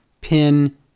pin